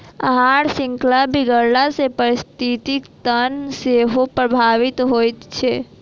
आहार शृंखला बिगड़ला सॅ पारिस्थितिकी तंत्र सेहो प्रभावित होइत छै